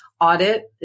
audit